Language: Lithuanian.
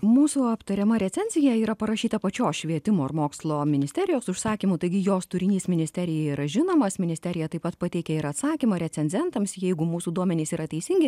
mūsų aptariama recenzija yra parašyta pačios švietimo ir mokslo ministerijos užsakymu taigi jos turinys ministerijai yra žinomas ministerija taip pat pateikia ir atsakymą recenzentams jeigu mūsų duomenys yra teisingi